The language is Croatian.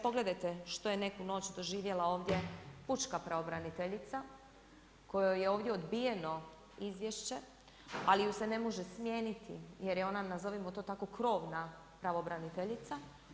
Pogledajte što je neku noć doživjela ovdje pučka pravobraniteljica kojoj je ovdje odbijeno izvješće, ali ju se ne može smijeniti jer je ona nazovimo to tako krovna pravobraniteljica.